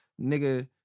nigga